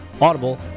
Audible